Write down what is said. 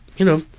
you know,